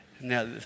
Now